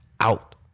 out